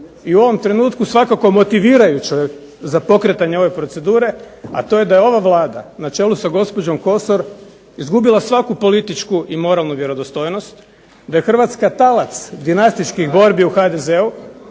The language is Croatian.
i u ovom trenutku svakako motivirajućom za pokretanje ove procedure, a to je da je ova Vlada na čelu sa gospođom kosor izgubila svaku političku i moralnu vjerodostojnost, da je Hrvatska talac dinastičkih borbi u HDZ-u